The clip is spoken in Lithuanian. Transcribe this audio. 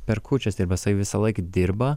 per kūčias dirba jisai visąlaik dirba